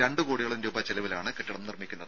രണ്ട് കോടിയോളം രൂപ ചെലവിലാണ് കെട്ടിടം നിർമ്മിക്കുന്നത്